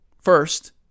First